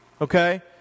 okay